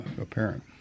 apparent